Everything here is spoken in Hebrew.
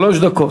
שלוש דקות.